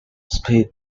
speed